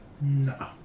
No